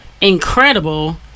incredible